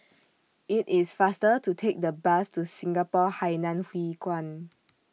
IT IS faster to Take The Bus to Singapore Hainan Hwee Kuan